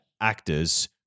actors